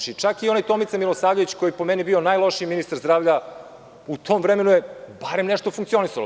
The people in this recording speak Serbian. Čak i onaj Tomica Milosavljević, koji je po meni bio najlošiji ministar zdravlja, u tom vremenu je barem nešto funkcionisalo.